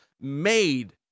made